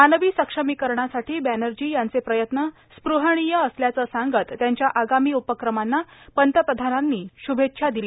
मानवी सक्षमीकरणासाठी बव्वर्जी यांचे प्रयत्न स्पृहणीय असल्याचं सांगत त्यांच्या आगामी उपक्रमांना पंतप्रधानांनी शुभेच्छा दिल्या